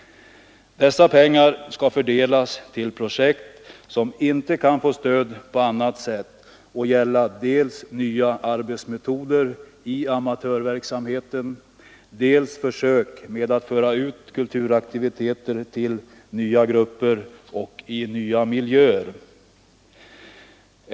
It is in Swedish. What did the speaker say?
Dessa pengar skall fördelas till projekt som inte kan få stöd på annat sätt och gälla dels nya arbetsmetoder i amatörverksamheten, dels försök med att föra ut kulturaktiviteter till nya grupper och i nya miljöer.